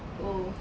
oh